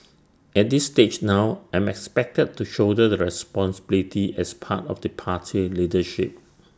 at this stage now I'm expected to shoulder the responsibility as part of the party leadership